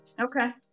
Okay